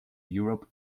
europe